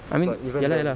I mean ya lah ya lah